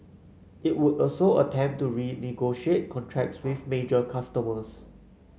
it would also attempt to renegotiate contracts with major customers